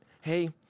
Hey